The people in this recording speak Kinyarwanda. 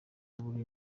buri